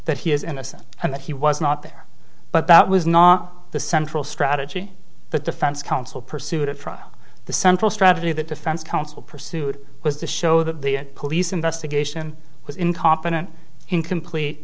that he is innocent and that he was not there but that was not the central strategy but defense counsel pursued it from the central strategy the defense counsel pursued was to show that the police investigation was incompetent incomplete